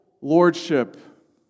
lordship